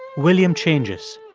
william changes.